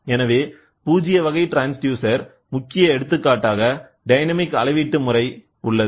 எனவே பூஜ்ஜிய வகை ட்ரான்ஸ்டியூசர் முக்கிய எடுத்துக்காட்டாக டைனமிக் அளவீட்டு முறை உள்ளது